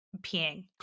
peeing